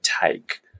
take